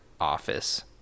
office